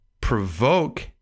provoke